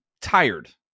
tired